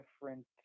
different –